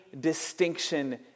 distinction